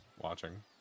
Watching